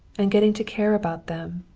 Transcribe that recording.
and getting to care about them,